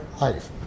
life